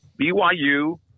BYU